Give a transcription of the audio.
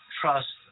trust